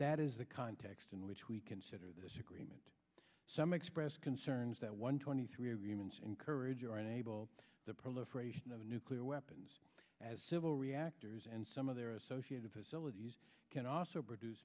that is the context in which we consider this agreement some expressed concerns that one twenty three agreements encourage or enable the proliferation of nuclear weapons as civil reactors and some of their associated facilities can also produce